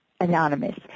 anonymous